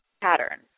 pattern